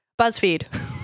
BuzzFeed